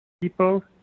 people